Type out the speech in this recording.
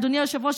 אדוני היושב-ראש,